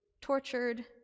tortured